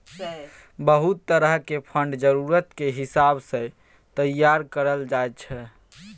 बहुत तरह के फंड जरूरत के हिसाब सँ तैयार करल जाइ छै